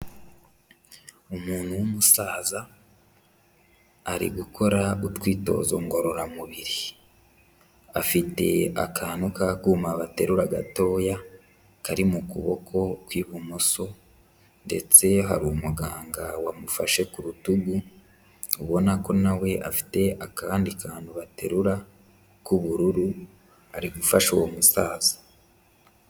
Umuntu w'umusaza ari gukora utwitozo ngororamubiri. Afite akantu k'akuma baterura gatoya kari mu kuboko kw'ibumoso, ndetse hari umuganga wamufashe ku rutugu ubona ko na we afite akandi kantu baterura k'ubururu, ari gufasha uwo musaza.